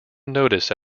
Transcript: notice